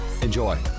Enjoy